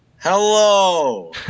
Hello